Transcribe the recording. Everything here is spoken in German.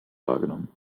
wahrgenommen